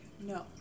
no